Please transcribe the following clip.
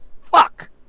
fuck